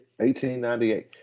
1898